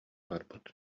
барбыт